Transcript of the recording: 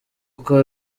uko